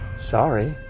sorry.